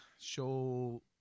show